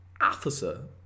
Officer